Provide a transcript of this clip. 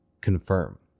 confirm